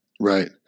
Right